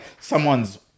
someone's